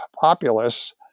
populace